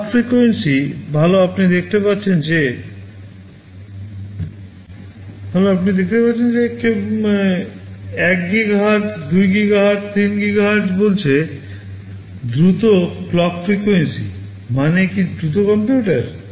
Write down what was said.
clock frequency বলছে দ্রুত clock frequency মানে কি দ্রুত কম্পিউটার